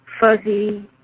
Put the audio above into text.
fuzzy